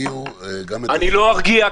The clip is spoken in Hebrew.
תרגיעו --- אני לא ארגיע,